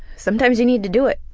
sometimes you need to do it.